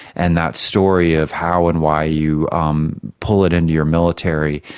and that story of how and why you um pull it into your military,